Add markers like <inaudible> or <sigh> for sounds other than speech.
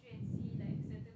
<breath>